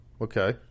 okay